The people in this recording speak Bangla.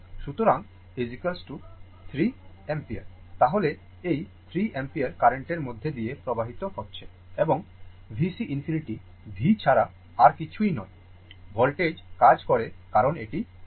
সুতরাং 3 অ্যাম্পিয়ার তাহলে এই 3 অ্যাম্পিয়ার কারেন্টের মধ্য দিয়ে প্রবাহিত হচ্ছে এবং VC ∞ V ছাড়া আর কিছুই নয় voltage কাজ করে কারণ এটি রেজিস্টর 60